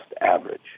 average